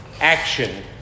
action